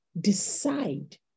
decide